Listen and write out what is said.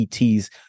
ets